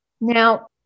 Now